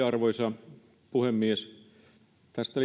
arvoisa puhemies tästä